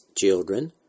children